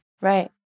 Right